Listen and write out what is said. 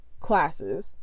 classes